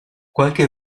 qualche